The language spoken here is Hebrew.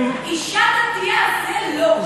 אישה דתייה, זה לא.